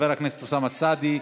חבר הכנסת אוסאמה סעדי,